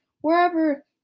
wherever